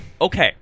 Okay